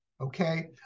Okay